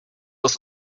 was